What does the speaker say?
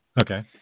okay